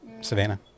Savannah